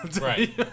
Right